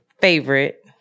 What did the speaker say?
favorite